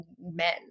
men